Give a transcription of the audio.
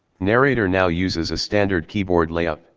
narrator now uses a standard keyboard layout